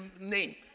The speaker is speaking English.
name